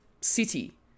city